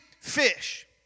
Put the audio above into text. fish